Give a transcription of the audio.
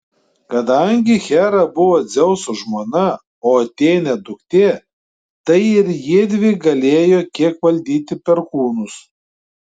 kadangi hera buvo dzeuso žmona o atėnė duktė tai ir jiedvi galėjo kiek valdyti perkūnus